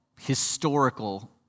historical